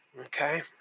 Okay